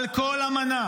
על כל אמנה.